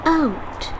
out